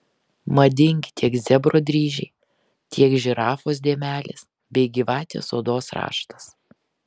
madingi tiek zebro dryžiai tiek žirafos dėmelės bei gyvatės odos raštas